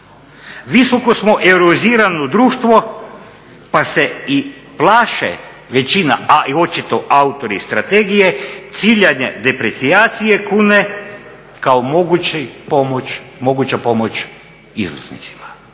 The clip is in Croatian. Visoko smo euroizirano društvo pa se i plaše većina, a očito i autori strategije ciljanja deprecijacije kune kao moguća pomoć izvoznicima.